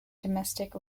domestic